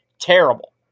terrible